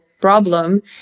problem